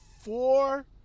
four